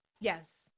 Yes